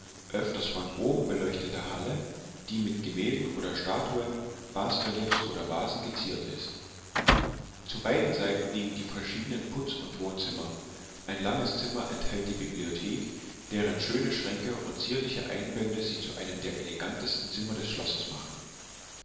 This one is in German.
öfters von oben beleuchtete halle die mit gemälden oder statuen basreliefs oder vasen geziert ist zu beiden seiten liegen die verschiedenen putz und wohnzimmer ein langes zimmer enthält die bibliothek deren schöne schränke und zierliche einbände sie zu einem der elegantesten zimmer des schlosses machen